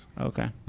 Okay